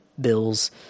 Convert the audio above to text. bills